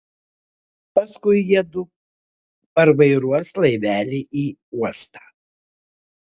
paskui jiedu parvairuos laivelį į uostą